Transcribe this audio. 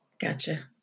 gotcha